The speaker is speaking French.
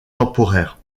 temporaires